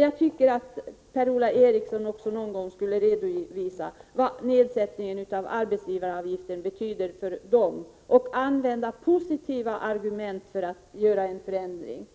Jag tycker att Per-Ola Eriksson också någon gång skulle redovisa vad nedsättningen av arbetsgivaravgiften betyder för dem — och använda positiva argument för en förändring.